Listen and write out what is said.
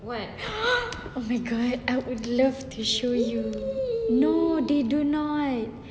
oh my god I would love to show you no they do not